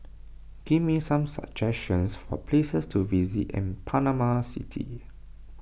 give me some suggestions for places to visit in Panama City